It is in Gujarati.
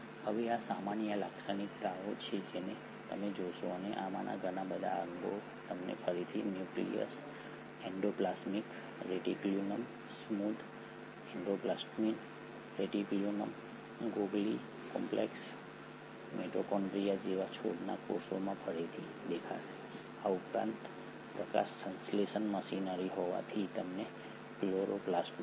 હવે આ સામાન્ય લાક્ષણિકતાઓ છે જે તમે જોશો અને આમાંના ઘણા બધા અંગો તમને ફરીથી nucleus endoplasmic reticulum smooth endoplasmic reticulum Golgi complex mitochondria જેવા છોડના કોષમાં ફરીથી દેખાશે આ ઉપરાંત પ્રકાશસંશ્લેષણ મશીનરી હોવાથી તમને ક્લોરોપ્લાસ્ટ મળશે